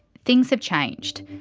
things have changed.